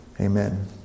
Amen